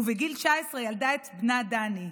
ובגיל 19 ילדה את בנה דני.